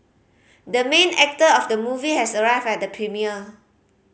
the main actor of the movie has arrived at the premiere